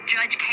Judge